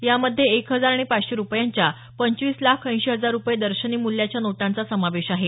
यामध्ये एक हजार आणि पाचशे रुपयांच्या पंचवीस लाख ऐंशी हजार रूपये दर्शनी मूल्याच्या नोटांचा समावेश आहे